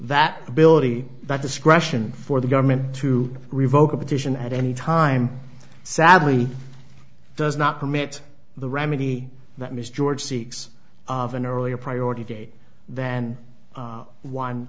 that ability that discretion for the government to revoke a petition at any time sadly does not permit the remedy that mr george seeks of an earlier priority date than